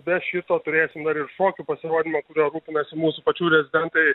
be šito turėsim dar ir šokių pasirodymą kuriuo rūpinasi mūsų pačių rezidentai